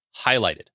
highlighted